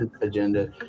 agenda